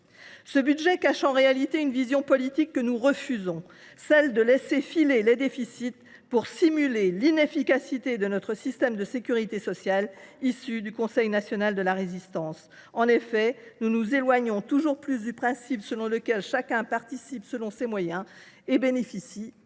Ce budget cache en réalité une vision politique que nous refusons : laisser filer les déficits pour simuler l’inefficacité de notre système de sécurité sociale, issu du Conseil national de la Résistance. En effet, nous nous éloignons toujours plus du principe selon lequel chacun participe selon ses moyens et bénéficie